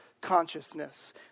consciousness